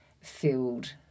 filled